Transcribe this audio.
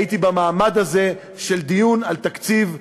הייתי במעמד הזה של דיון על תקציב המדינה.